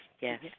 yes